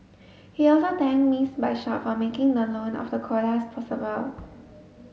he also thanked Miss Bishop for making the loan of the koalas possible